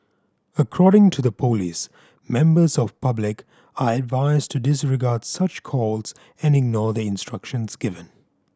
according to the police members of public are advised to disregard such calls and ignore the instructions given